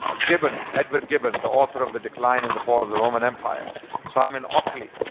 ah gibbon. edward gibbon, the author of the decline and the fall of the roman empire simon oakley.